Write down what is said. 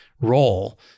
role